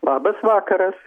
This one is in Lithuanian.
labas vakaras